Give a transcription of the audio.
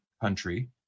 country